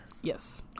Yes